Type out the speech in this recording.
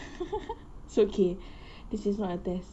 so okay this is not a test